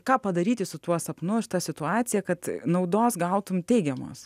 ką padaryti su tuo sapnu šita situacija kad naudos gautum teigiamos